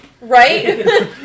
Right